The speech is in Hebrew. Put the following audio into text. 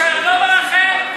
לא מרחם.